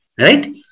right